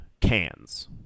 Cans